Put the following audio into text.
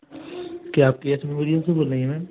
क्या आप से बोल रहीं हैं मैम